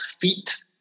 feet